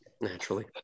naturally